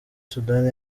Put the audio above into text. sudani